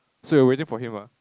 so you're waiting for him ah